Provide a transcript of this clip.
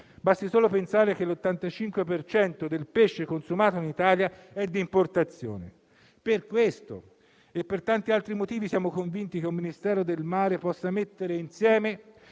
basti solo pensare che l'85 per cento del pesce consumato in Italia è di importazione. Per questo e per tanti altri motivi siamo convinti che un Ministero del mare possa mettere insieme